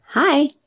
Hi